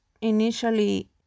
initially